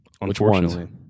unfortunately